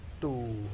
two